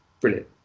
brilliant